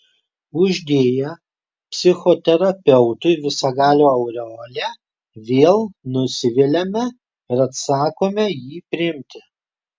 uždėję psichoterapeutui visagalio aureolę vėl nusiviliame ir atsisakome jį priimti